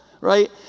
right